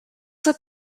would